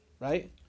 right